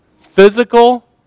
physical